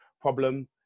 problem